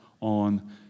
on